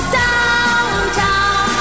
downtown